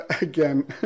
Again